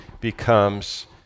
becomes